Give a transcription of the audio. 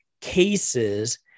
cases